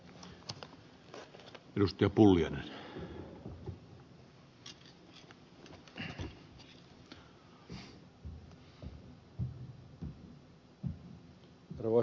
arvoisa puhemies